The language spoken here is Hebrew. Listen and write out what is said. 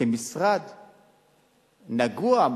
כמשרד נגוע,